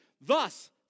Thus